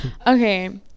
okay